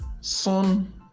son